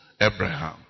abraham